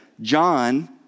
John